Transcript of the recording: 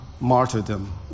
martyrdom